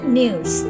news